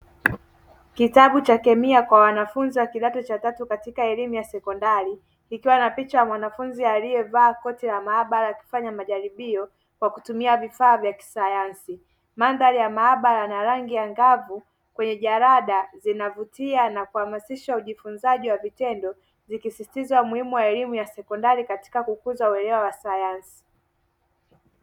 Kitabu cha kemia kwa wanafunzi wa kitado cha tatu katika elimu ya sekondari, kikiwa na picha ya mwanafunzi aliyevaa koti maabara akifanya majaribio kwa kutumia vifaa vya kisayansi. Mandhari ya maabara na rangi angavu kwenye jarada zinavutia na kuhamasisha ufunzaji kwa vitendo, vikisisitiza umuhimu wa elimu ya sekondari katika kujifunza uelewa wa sayansi.